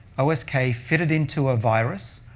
o s k, fit it into a virus,